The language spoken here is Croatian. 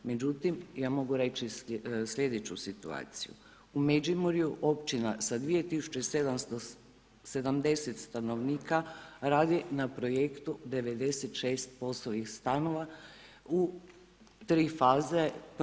Međutim, ja mogu reći sljedeću situaciju, u Međimurju općina sa 2770 stanovnika radi na projektu 96 POS-ovih stanova u 3 faze.